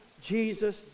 Jesus